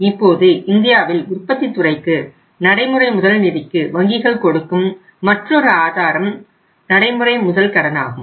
இப்போது இந்தியாவில் உற்பத்தித் துறைக்கு நடைமுறை முதல்நிதிக்கு வங்கிகள் கொடுக்கும் மற்றொரு ஆதாரம் நடைமுறை முதல் கடனாகும்